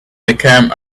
became